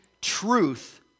truth